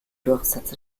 durchsatz